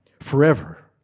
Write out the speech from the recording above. Forever